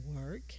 work